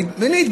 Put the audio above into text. והינה,